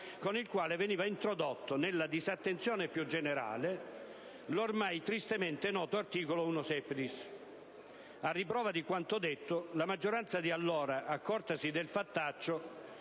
con il quale veniva introdotto, nella disattenzione più generale, l'ormai tristemente noto articolo 1-*septies*. A riprova di quanto detto, la maggioranza di allora, accortasi del fattaccio